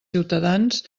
ciutadans